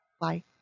Bye